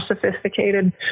sophisticated